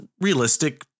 realistic